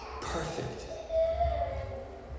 Perfect